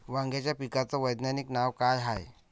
वांग्याच्या पिकाचं वैज्ञानिक नाव का हाये?